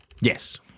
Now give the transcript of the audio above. Yes